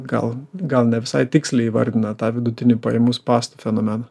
gal gal ne visai tiksliai įvardina tą vidutinių pajamų spąstų fenomeną